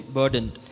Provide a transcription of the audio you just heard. burdened